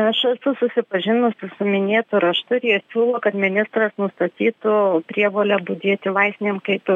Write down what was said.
aš esu susipažinusi su minėtu raštu ir jie siūlo kad ministras nustatytų prievolę budėti vaistinėm kaip